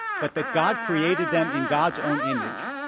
but that god created them in god's own image,